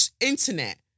internet